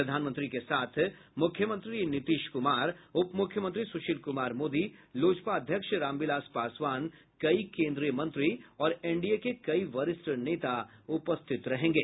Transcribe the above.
प्रधानमंत्री के साथ मुख्यमंत्री नीतीश कुमार उपमुख्यमंत्री सुशील कुमार मोदी लोजपा अध्यक्ष रामविलास पासवान कई केन्द्रीय मंत्री और एनडीए के कई वरिष्ठ नेता उपस्थित रहेंगे